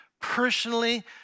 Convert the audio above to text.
personally